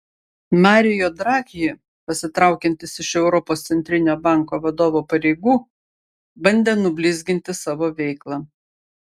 mario draghi pasitraukiantis iš europos centrinio banko vadovo pareigų bandė nublizginti savo veiklą